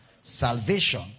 Salvation